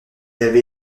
avait